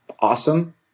Awesome